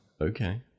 Okay